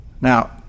Now